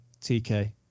TK